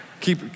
keep